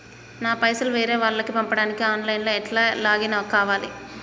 నా పైసల్ వేరే వాళ్లకి పంపడానికి ఆన్ లైన్ లా ఎట్ల లాగిన్ కావాలి?